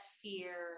fear